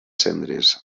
cendres